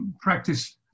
Practice